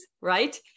right